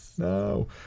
No